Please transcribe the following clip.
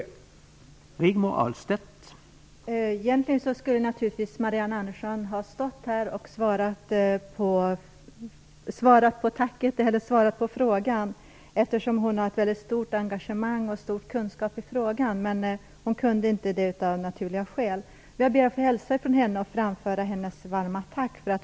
Då Marianne Andersson, som framställt frågan, anmält att hon var förhindrad att närvara vid sammanträdet, medgav tredje vice talmannen att Rigmor Ahlstedt i stället fick delta i överläggningen.